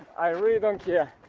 i really don't care.